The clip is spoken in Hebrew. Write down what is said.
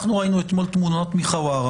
אנחנו ראינו אתמול תמונות מחווארה,